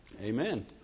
Amen